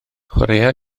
chwaraea